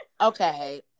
Okay